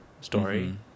story